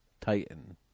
titan